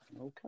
Okay